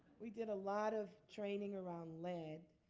we did a lot of training around lead.